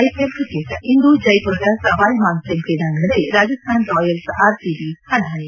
IPL cricket ಇಂದು ಜೈಮರದ ಸವಾಯ್ ಮಾನ್ಸಿಂಗ್ ಕ್ರೀಡಾಂಗಣದಲ್ಲಿ ರಾಜಸ್ಲಾನ ರಾಯಲ್ಸ್ ಆರ್ಸಿಐ ಪಣಾಪಣಿ